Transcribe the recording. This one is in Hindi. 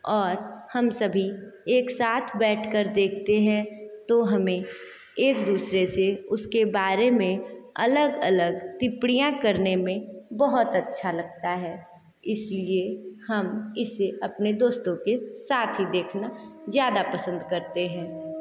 और हम सभी एक साथ बैठ कर देखते हैं तो हमे एक दूसरे से उसके बारे में अलग अलग टिप्पणियाँ करने में बहुत अच्छा लगता है इसलिए हम इसे अपने दोस्तों के साथ ही देखना ज़्यादा पसंद करते हैं